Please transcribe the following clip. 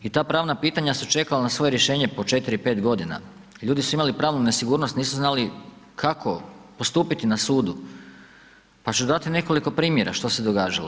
I ta pravna pitanja su čekala na svoj rješenje po 4, 5 godina, ljudi su imali pravnu nesigurnost nisu znali kako postupiti na sudu, pa ću dati nekoliko primjera što se događalo.